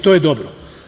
To je dobro.